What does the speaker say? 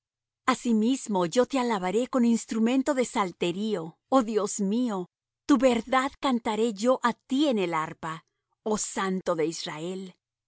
asimismo yo te alabaré con instrumento de salterio oh dios mío tu verdad cantaré yo á ti en el arpa oh santo de israel